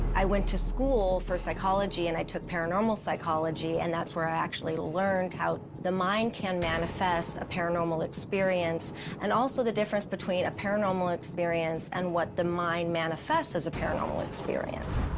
i went to school for psychology, and i took paranormal psychology, and that's where i actually learned how the mind can manifest a paranormal experience and also the difference between a paranormal experience and what the mind manifests as a paranormal experience.